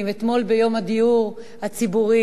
אתמול ביום הדיור הציבורי.